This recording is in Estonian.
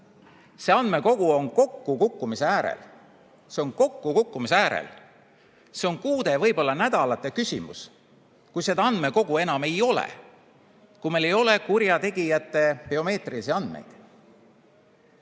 andmekogu on kokkukukkumise äärel. See on kokkukukkumise äärel! See on kuude, võib-olla nädalate küsimus, kui seda andmekogu enam ei ole. Kui meil ei ole kurjategijate biomeetrilisi andmeid,